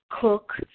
cook